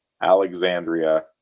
Alexandria